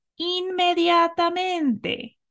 inmediatamente